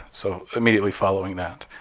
so immediately following that.